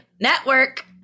network